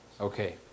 Okay